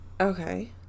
Okay